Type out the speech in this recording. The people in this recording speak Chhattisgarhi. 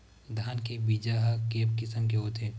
धान के बीजा ह के किसम के होथे?